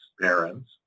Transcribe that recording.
parents